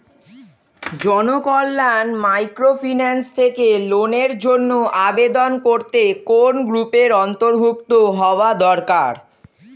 Janakalyan microfinance থেকে লোনের জন্য আবেদন করতে কোন গ্রুপের অন্তর্ভুক্ত হওয়া দরকার?